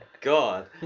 God